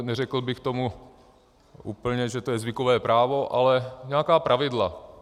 Neřekl bych tomu úplně, že to je zvykové právo, ale nějaká pravidla.